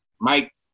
Mike